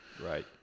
right